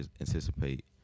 anticipate